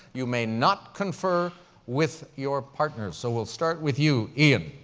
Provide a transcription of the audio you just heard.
you may not confer with your partners. so we'll start with you, ian.